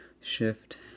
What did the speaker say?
shift